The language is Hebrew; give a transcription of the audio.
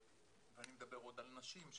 ואני מדבר עוד על נשים,